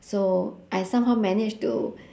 so I somehow manage to